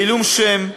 בעילום שם,